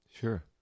Sure